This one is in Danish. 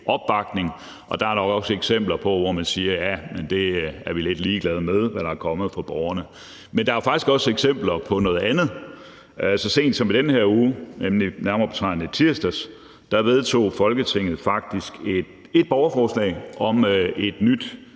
opbakning, og der er da også eksempler på, at man siger, at man er lidt ligeglad med, hvad der er kommet fra borgerne. Men der er faktisk også eksempler på noget andet. Så sent som i den her uge, nemlig nærmere betegnet i tirsdags, vedtog Folketinget faktisk et borgerforslag om et nyt